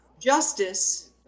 Justice